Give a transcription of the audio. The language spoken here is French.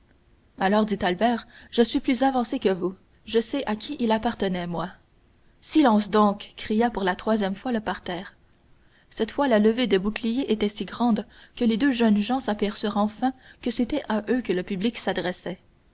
alors dit albert je suis plus avancé que vous je sais à qui il appartenait moi silence donc cria pour la troisième fois le parterre cette fois la levée de boucliers était si grande que les deux jeunes gens s'aperçurent enfin que c'était à eux que le public s'adressait